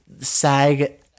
SAG